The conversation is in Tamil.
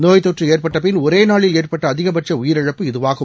நோய் தொற்று ஏற்பட்டபின் ஒரே நாளில் ஏற்பட்ட அதிகபட்ச உயிரிழப்பு இதுவாகும்